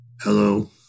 Hello